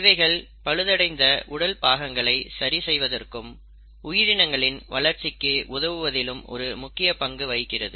இவைகள் பழுதடைந்த உடல் பாகங்களை சரி செய்வதற்கும் உயிரினங்களின் வளர்ச்சிக்கு உதவுவதிலும் ஒரு முக்கிய பங்கு வகிக்கிறது